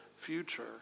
future